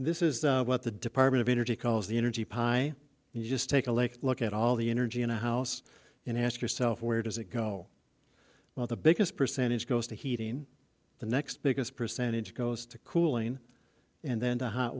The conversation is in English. this is what the department of energy calls the energy you just take a lake look at all the energy in a house and ask yourself where does it go well the biggest percentage goes to heating the next biggest percentage goes to cooling and then the hot